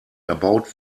erbaut